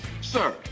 Sir